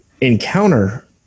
encounter